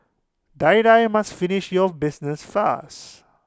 Die Die must finish your business fast